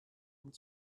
and